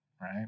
right